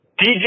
DJ